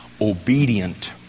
obedient